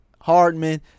Hardman